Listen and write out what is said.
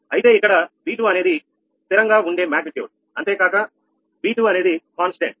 అయితే ఇక్కడ V2 అనేది స్థిరంగా ఉండే మాగ్నిట్యూడ్ అంతేకాక V2 అనేది కాన్స్ టెంట్